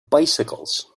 bicycles